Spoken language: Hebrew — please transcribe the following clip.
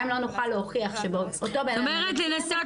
גם אם לא נוכל להוכיח שאותו --- את אומרת לי לנסות